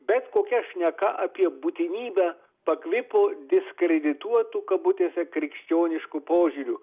bet kokia šneka apie būtinybę pakvipo diskredituotu kabutėse krikščionišku požiūriu